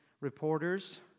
reporters